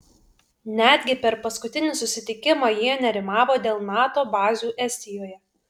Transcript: netgi per paskutinį susitikimą jie nerimavo dėl nato bazių estijoje